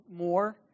more